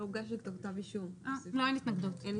אין התנגדות.